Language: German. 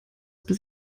bis